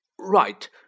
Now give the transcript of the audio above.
Right